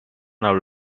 lalu